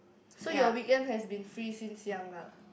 so your weekend has been free since young lah